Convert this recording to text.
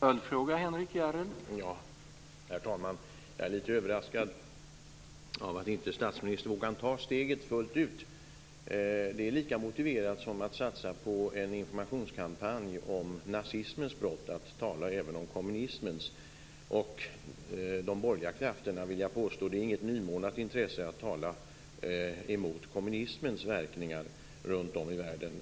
Herr talman! Jag är lite överraskad av att inte statsministern kan ta steget fullt ut. Det är lika motiverat som att satsa på en informationskampanj om nazismens brott att tala även om kommunismens. Jag vill påstå att det inte är något nymornat intresse från de borgerliga krafterna att tala emot kommunismens verkningar runtom i världen.